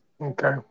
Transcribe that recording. Okay